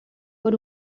por